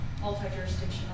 multi-jurisdictional